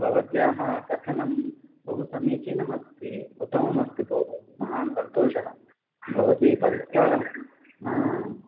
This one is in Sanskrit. भवत्याः कथनं बहुसमीचिनम् अस्ति उत्तमम् अस्ति भोः महान् सन्तोषः भवती परिष्कारं